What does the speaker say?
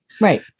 Right